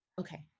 Okay